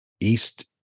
East